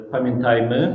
Pamiętajmy